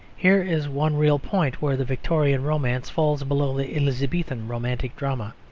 here is one real point where the victorian romance falls below the elizabethan romantic drama.